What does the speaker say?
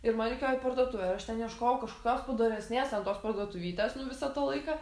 ir man reikėjo į parduotuvę ir aš ten ieškojau kažkokios padoresnės ten tos parduotuvytės nu visą tą laiką